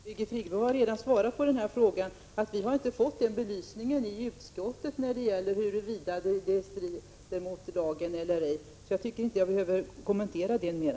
Fru talman! Birgit Friggebo har redan svarat att vi inte har fått belyst i utskottet huruvida denna export strider mot lagen eller inte. Därför tycker jag att jag inte behöver kommentera detta mera.